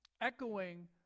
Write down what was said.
echoing